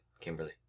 Kimberly